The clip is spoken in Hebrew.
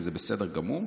וזה בסדר גמור.